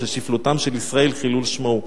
ששפלותם של ישראל חילול שמו היא.